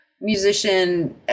musician